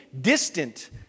distant